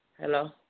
Hello